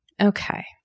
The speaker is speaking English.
Okay